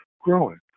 growing